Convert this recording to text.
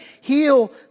heal